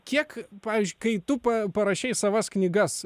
kiek pavyzdžiui kai tu pa parašei savas knygas